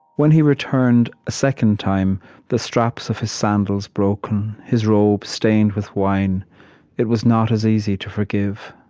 when he returned a second time the straps of his sandals broken his robe stained with wine it was not as easy to forgive